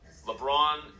LeBron